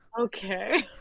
okay